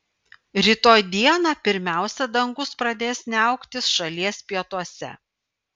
rytoj dieną pirmiausia dangus pradės niauktis šalies pietuose